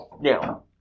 Now